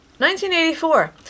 1984